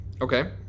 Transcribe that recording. Okay